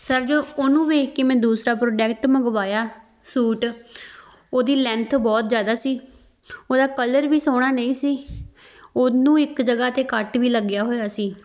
sir ਜੋ ਉਹਨੂੰ ਵੇਖ ਕੇ ਮੈਂ ਦੂਸਰਾ ਪ੍ਰੋਡੈਕਟ ਮੰਗਵਾਇਆ ਸੂਟ ਉਹਦੀ ਲੈਂਥ ਬਹੁਤ ਜ਼ਿਆਦਾ ਸੀ ਉਹਦਾ ਕਲਰ ਵੀ ਸੋਹਣਾ ਨਹੀਂ ਸੀ ਉਹਨੂੰ ਇੱਕ ਜਗ੍ਹਾ 'ਤੇ ਕੱਟ ਵੀ ਲੱਗਿਆ ਹੋਇਆ ਸੀ